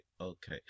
okay